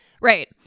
right